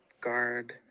Guard